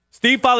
Steve